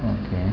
okay